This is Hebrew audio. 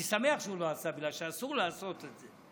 אני שמח שהוא לא עשה, בגלל שאסור לעשות את זה.